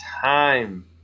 time